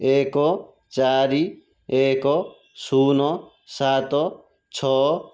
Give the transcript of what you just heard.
ଏକ ଚାରି ଏକ ଶୂନ ସାତ ଛଅ